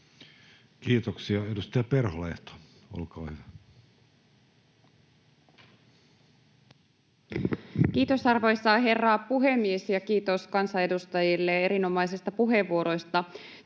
Kiitoksia. — Edustaja Perholehto, olkaa hyvä. Kiitos, arvoisa herra puhemies! Ja kiitos kansanedustajille erinomaisista puheenvuoroista